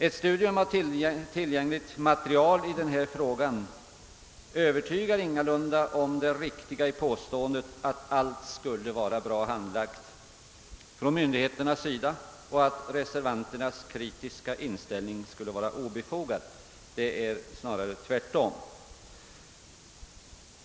Ett studium av tillgängligt material i denna fråga övertygar ingalunda om det riktiga i påståendet, att allt skulle vara bra handlagt från myndigheternas sida och att reservanternas kritiska inställning skulle vara obefogad. Det är snarare tvärtom.